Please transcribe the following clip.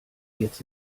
jetzt